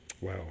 wow